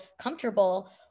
comfortable